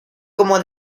como